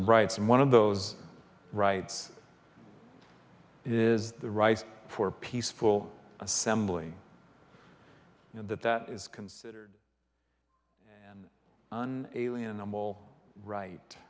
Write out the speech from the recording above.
of rights and one of those rights is the right for peaceful assembly and that that is considered on alien i'm all